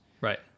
right